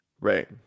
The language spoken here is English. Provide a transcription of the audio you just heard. Right